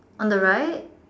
on the right